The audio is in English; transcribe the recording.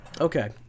Okay